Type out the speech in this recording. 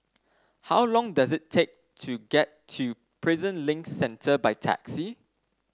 how long does it take to get to Prison Link Centre by taxi